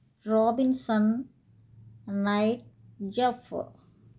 robinson knight jeff